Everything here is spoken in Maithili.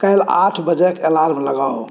काल्हि आठ बजेके अलार्म लगाउ